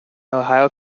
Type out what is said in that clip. ohio